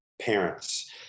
parents